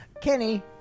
Kenny